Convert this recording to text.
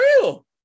real